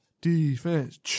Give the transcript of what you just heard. Defense